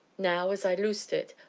now, as i loosed it,